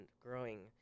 growing